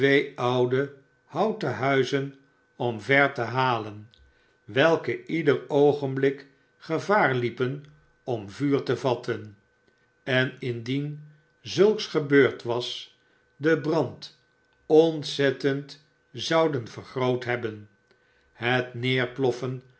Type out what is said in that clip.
oude houten huizen omver te halen welke ieder oogenblik gevaar liepen om vuur te vatten n indien zulks gebeurd was den brand ontzettend zouden vergroot hebben het neerploffen